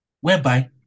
whereby